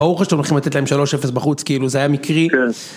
ברור לך שאתם הולכים לתת להם 3-0 בחוץ, כאילו זה היה מקרי.